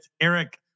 Eric